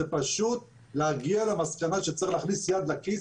זה פשוט להגיע למסקנה שצריך להכניס יד לכיס.